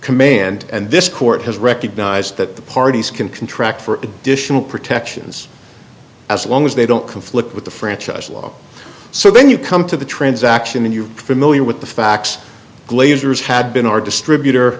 command and this court has recognized that the parties can contract for additional protections as long as they don't conflict with the franchise law so when you come to the transaction and you're familiar with the facts glazers had been our distributor